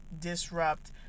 disrupt